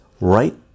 right